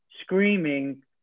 screaming